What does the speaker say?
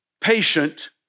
patient